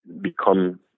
become